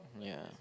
ya